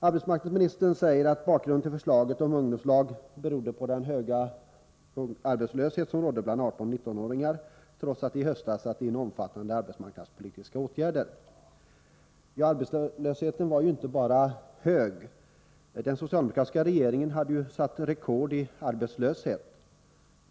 Arbetsmarknadsministern säger att anledningen till förslaget om ungdomslag var den höga arbetslöshet som rådde bland 18-19-åringar, trots att omfattande arbetsmarknadspolitiska åtgärder vidtogs i höstas. Ja, arbetslösheten var inte bara hög. Den socialdemokratiska regeringen hade satt rekord i fråga om arbetslöshet!